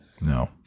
no